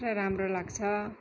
पुरा राम्रो लाग्छ